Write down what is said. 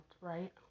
right